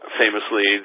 famously